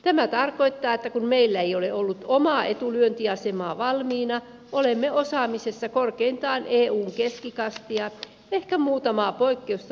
tämä tarkoittaa että kun meillä ei ole ollut omaa etulyöntiasemaa valmiina olemme osaamisessa korkeintaan eun keskikastia ehkä muutamaa poikkeusta lukuun ottamatta